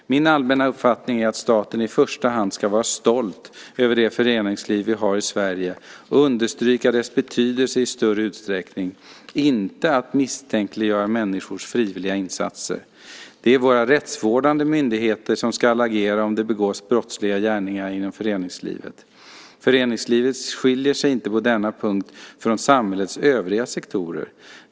Min allmänna uppfattning är att staten i första hand ska vara stolt över det föreningsliv vi har i Sverige och understryka dess betydelse i större utsträckning, inte att misstänkliggöra människors frivilliga insatser. Det är våra rättsvårdande myndigheter som ska agera om det begås brottsliga gärningar inom föreningslivet. Föreningslivet skiljer sig inte på denna punkt från samhällets övriga sektorer.